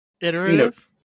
Iterative